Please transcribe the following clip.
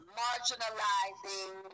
marginalizing